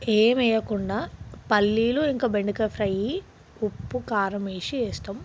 ఏమి వేయకుండా పల్లీలు ఇంకా బెండకాయ ఫ్రై ఉప్పు కారం వేసి చేస్తాము